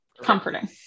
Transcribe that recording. comforting